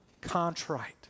contrite